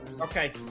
Okay